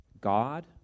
God